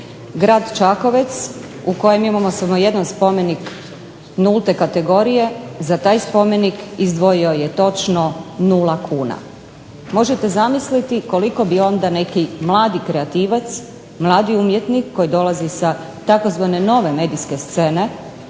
Grad Čakovec u kojem imamo samo jedan spomenik nulte kategorije, za taj spomenik izdvojio je točno nula kuna. Možete zamisliti koliko bi onda neki mladi kreativac, mladi umjetnik koji dolazi sa tzv. nove medijske scene